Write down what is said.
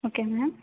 okay ma'am